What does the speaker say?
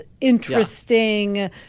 interesting